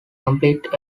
completed